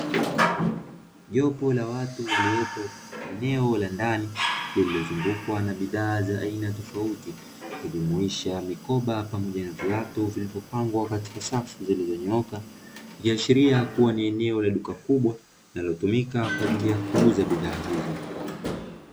Jopo la watu waliopo katika eneo la ndani lililozungukwa na bidhaa za aina tofauti, ikijumuisha mikoba pamoja na viatu vilivyopangwa katika safu zilizonyooka ikiashiria kuwa ni eneo la duka kubwa linalitumika kwa ajili ya kuuza bidhaa hizo.